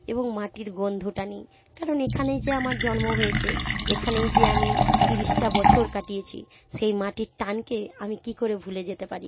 এবং মাটির গন্ধটা নিই কারণ এখানে যে আমার জন্ম হয়েছে এখানেই যে আমি তিরিশটা বছর কাটিয়েছি সেই মাটির টানকে আমি কী করে ভুলে যেতে পারি